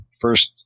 first